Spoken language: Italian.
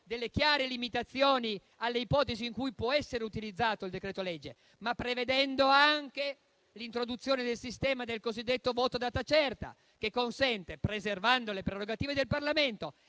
delle chiare limitazioni alle ipotesi in cui può essere utilizzato il decreto-legge, ma anche prevedendo anche l'introduzione del sistema del cosiddetto voto a data certa, che consente, preservando le prerogative del Parlamento